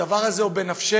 הדבר הזה הוא בנפשנו,